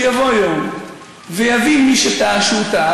שיבוא יום ויבין מי שטעה שהוא טעה